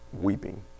weeping